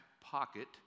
pocket